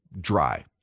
dry